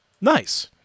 nice